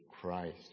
Christ